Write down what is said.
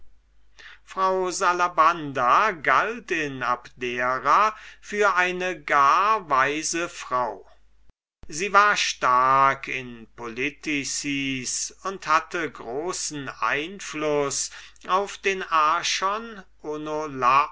frau salabanda passierte in abdera für eine gar weise frau sie war stark in politicis und hatte großen einfluß auf den archon